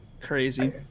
Crazy